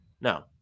no